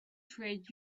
swayed